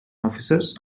officers